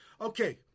Okay